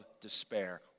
despair